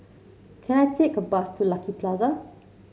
can I take a bus to Lucky Plaza